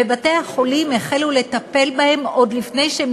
ובתי-החולים החלו לטפל בהם עוד לפני שהם